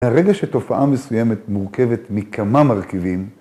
מהרגע שתופעה מסוימת מורכבת מכמה מרכיבים